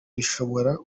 rishobora